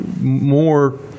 more